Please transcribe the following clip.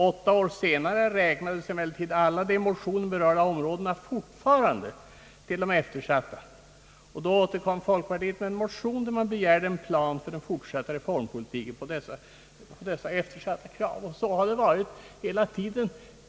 Åtta år senare räknades emellertid alla de i motionen berörda områdena fortfarande till de eftersatta, och då återkom folkpartiet med en motion, där man begärde en plan för den fortsatta reformpolitiken i fråga om dessa eftersatta krav. Så har det varit hela tiden.